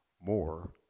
more